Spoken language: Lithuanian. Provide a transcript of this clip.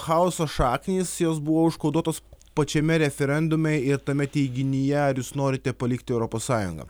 chaoso šaknys jos buvo užkoduotos pačiame referendume ir tame teiginyje ar jūs norite palikti europos sąjungą